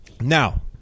Now